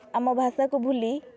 ଆମ ଭାଷାକୁ ଭୁଲି